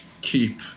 keep